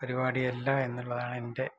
പരിപാടിയല്ല എന്നുള്ളതാണ് എന്റെ